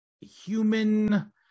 human